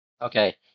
Okay